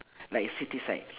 like city side